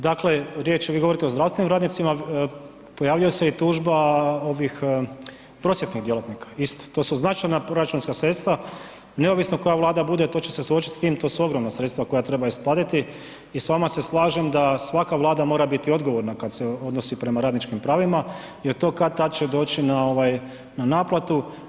Uvažena kolegice, dakle, riječ je, vi govorite o zdravstvenim radnicima, pojavljuje se i tužba ovih prosvjetnih djelatnika isto to su značajna proračunska sredstva, neovisno koja Vlada bude to će suočiti s tim to su ogromna sredstva koja treba isplatiti i s vama slažem da svaka vlada mora biti odgovorna kada se odnosi prema radničkim pravima jer to kad-tad će doći na naplatu.